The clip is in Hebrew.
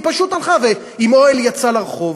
והיא פשוט הלכה ועם אוהל יצאה לרחוב.